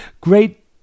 Great